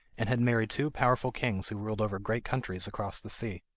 and had married two powerful kings who ruled over great countries across the sea.